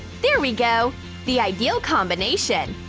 there we go the ideal combination!